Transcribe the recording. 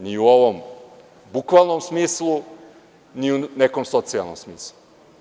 Ni u ovom bukvalnom smislu ni u nekom socijalnom smislu.